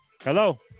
Hello